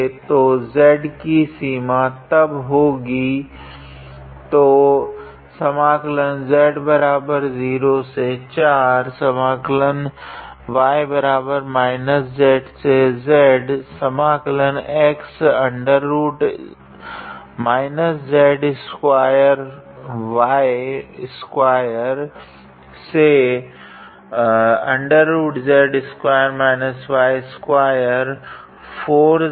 तो z की सीमा तब होगी तो 𝑥𝑧23𝑥𝑑𝑦𝑑𝑧